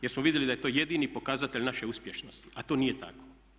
Jer smo vidjeli da je to jedini pokazatelj naše uspješnosti, a to nije tako.